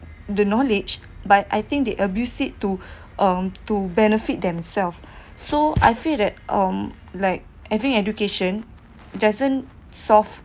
the knowledge but I think they abuse it to um to benefit themselves so I feel that um like I think education doesn't solve